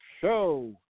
Show